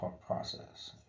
process